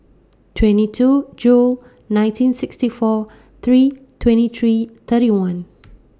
twenty two June nineteen sixty four three twenty three thirty one